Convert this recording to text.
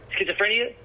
Schizophrenia